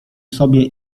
sobie